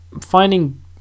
finding